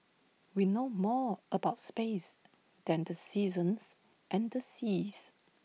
we know more about space than the seasons and the seas